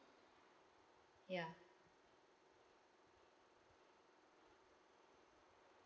ya